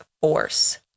force